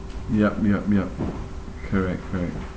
yup yup yup correct correct